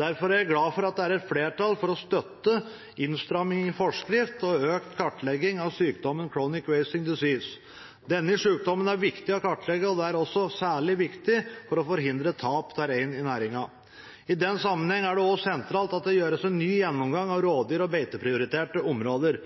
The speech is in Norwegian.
Derfor er jeg glad for at det er flertall for å støtte innstramming i forskrift og økt kartlegging av sykdommen Chronic Wasting Disease. Denne sykdommen er det viktig å kartlegge. Det er særlig viktig for å forhindre tap av rein i næringen. I den sammenheng er det også sentralt at det foretas en ny gjennomgang av rovdyr- og beiteprioriterte områder.